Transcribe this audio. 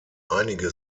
einige